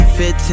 15